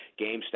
GameStop